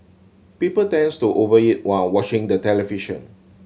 people tends to over eat while watching the television